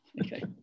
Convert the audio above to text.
Okay